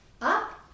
up